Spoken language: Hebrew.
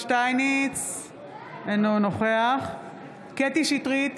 אינו נוכח קטי קטרין שטרית,